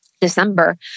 December